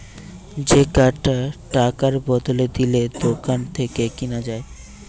যে কার্ডটা টাকার বদলে দিলে দোকান থেকে কিনা যায়